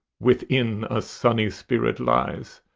within, a sunny spirit lies,